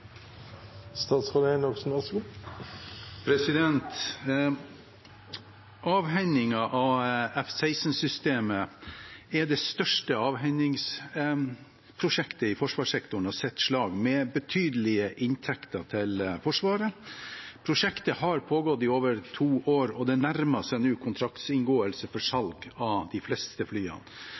slag, med betydelige inntekter til Forsvaret. Prosjektet har pågått i over to år, og det nærmer seg nå kontraktsinngåelse for salg av de fleste flyene.